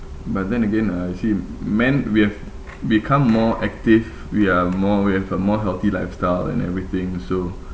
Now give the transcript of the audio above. but then again I actually meant we have become more active we are more we have a more healthy lifestyle and everything so